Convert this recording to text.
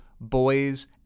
boys